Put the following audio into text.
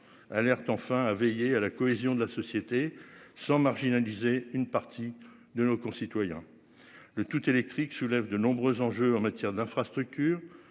alerte enfin à veiller à la cohésion de la société sans marginalisés. Une partie de nos concitoyens. Le tout électrique soulève de nombreux enjeux en matière d'infrastructures